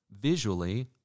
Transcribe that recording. visually